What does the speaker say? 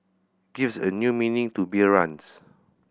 gives a new meaning to beer runs